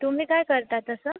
तुम्ही काय करता तसं